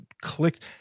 clicked